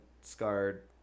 scarred